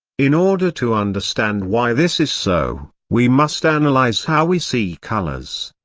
in order to understand why this is so, we must analyze how we see colors.